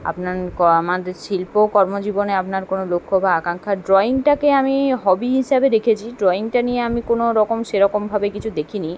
আপনার ক আমাদের শিল্প কর্মজীবনে আপনার কোনও লক্ষ্য বা আকাঙ্খা ড্রইংটাকে আমি হবি হিসাবে রেখেছি ড্রইংটা নিয়ে আমি কোনও রকম সেরকমভাবে কিছু দেখিনি